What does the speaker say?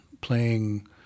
playing